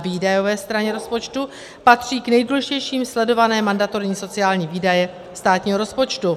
Na výdajové straně rozpočtu patří k nejdůležitějším sledované mandatorní sociální výdaje státního rozpočtu.